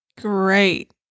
Great